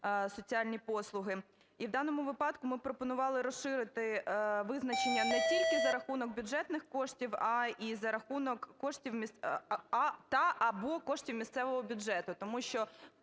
соціальні послуги. І в даному випадку ми пропонували розширити визначення не тільки "за рахунок бюджетних коштів", а і "за рахунок та (або) коштів місцевого бюджету". Тому що